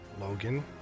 Logan